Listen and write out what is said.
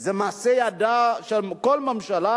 זה מעשה ידיה של כל ממשלה,